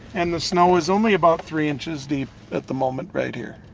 and the snow is only about three inches deep at the moment right here